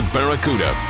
Barracuda